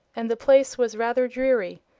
and the place was rather dreary,